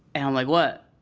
and i'm like, what?